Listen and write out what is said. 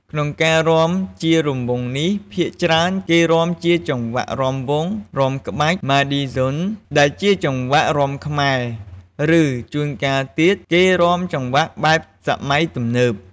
ក្នុងការរាំជារង្វង់នេះ ភាគច្រើនគេរាំជាចង្វាក់រាំវង់ រាំក្បាច់ ម៉ាឌីហ្សុន ដែលជាចង្វាក់រាំខ្មែរ ឬ ជួនកាលទៀត គេរាំចង្វាក់បែបសម័យទំនើប។